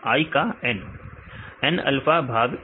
विद्यार्थी कुल से N अल्फा भाग N